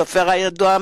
הסופר הידוע,